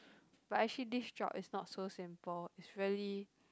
but actually this job is not so simple it's really